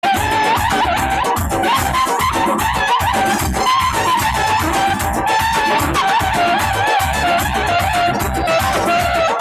(אין מלל)